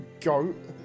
goat